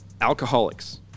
alcoholics